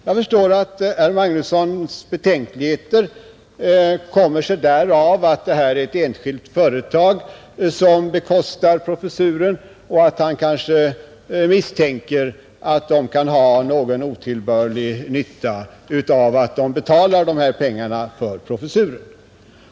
Jag förstår att herr Magnussons betänkligheter kommer sig därav, att det är ett enskilt företag som bekostar professuren och att han kanske misstänker att det kan ha någon otillbörlig nytta av att det betalar kostnaden för den här professuren.